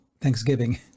thanksgiving